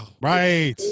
right